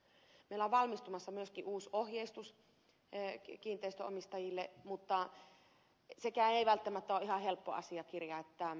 meillä on valmistumassa myöskin uusi ohjeistus kiinteistönomistajille mutta sekään ei välttämättä ole ihan helppo asiakirja